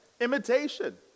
Imitation